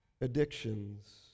addictions